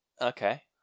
Okay